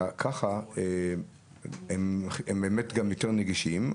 ההדמיה האלה, ככה הם באמת גם יותר נגישים.